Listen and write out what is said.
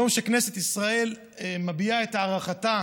יום שכנסת ישראל מביעה בו את הערכתה